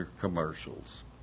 commercials